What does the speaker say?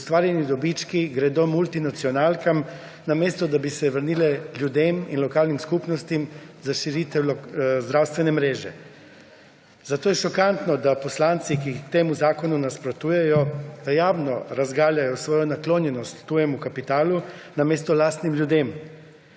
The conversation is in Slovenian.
ustvarjeni dobički multinacionalkam, namesto da bi se vrnili ljudem in lokalnim skupnostim za širitev zdravstvene mreže. Zato je šokantno, da poslanci, ki temu zakonu nasprotujejo, javno razgaljajo svojo naklonjenost tujemu kapitalu namesto lastnim ljudem,